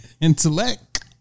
Intellect